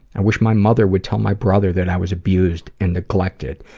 i wish my mother would tell my brother that i was abused and neglected,